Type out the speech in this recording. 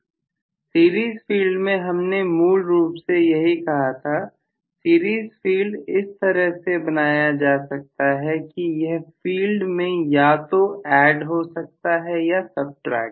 professor series field में हमने मूल रूप से यही कहा था सीरीज फील्ड इस तरह से बनाया जा सकता है कि यह फील्ड में या तो ऐड हो सकता है या सबट्रैक्ट